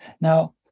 Now